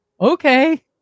okay